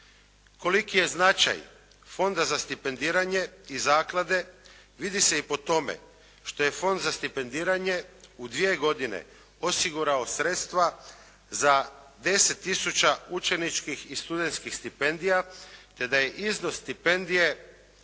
Koliki je značaj Fonda za stipendiranje i zaklade vidi se i po tome što je Fond za stipendiranje u dvije godine osigurao sredstva za 10 tisuća učeničkih i studeničkih stipendija, te da je iznos stipendije